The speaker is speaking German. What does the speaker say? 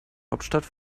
hauptstadt